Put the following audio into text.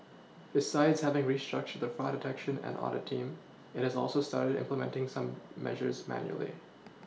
besides having restructured the fraud detection and audit team it has also started implementing some measures manually